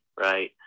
right